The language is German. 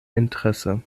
interesse